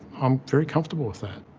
i'm very comfortable with that.